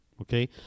okay